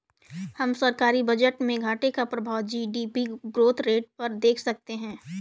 हम सरकारी बजट में घाटे का प्रभाव जी.डी.पी ग्रोथ रेट पर देख सकते हैं